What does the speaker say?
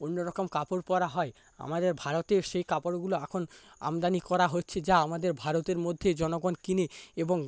অন্য রকম কাপড় পরা হয় আমাদের ভারতে সেই কাপড়গুলো এখন আমদানি করা হচ্ছে যা আমাদের ভারতের মধ্যে জনগণ কেনে এবং